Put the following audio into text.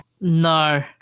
no